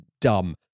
dumb